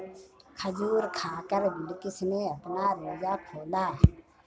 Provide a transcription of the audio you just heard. खजूर खाकर बिलकिश ने अपना रोजा खोला